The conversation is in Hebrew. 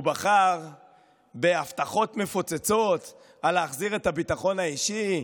הוא בחר בהבטחות מפוצצות על להחזיר את הביטחון האישי,